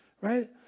right